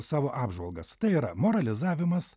savo apžvalgas tai yra moralizavimas